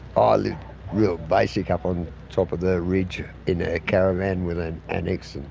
ah lived real basic up on top of the ridge in a caravan with an annex,